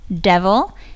Devil